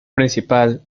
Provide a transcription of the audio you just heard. principal